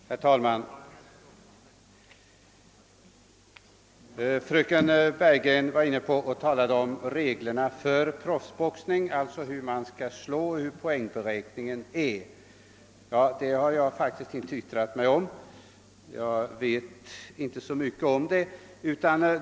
Herr talman! Fröken Bergegren talade om reglerna inom proffsboxningen för hur man skall slå och hur poängberäkningen skall göras. Det har jag faktiskt inte yttrat mig om, ty jag vet inte så mycket om det.